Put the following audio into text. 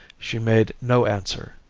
she made no answer.